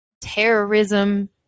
terrorism